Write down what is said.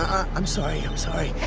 i'm sorry, i'm sorry.